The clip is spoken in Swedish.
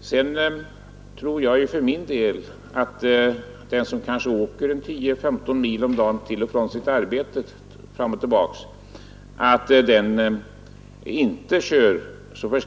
Sedan tror jag att den som åker kanske 10—15 mil om dagen fram och tillbaka till arbetet inte kör bil så